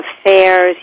affairs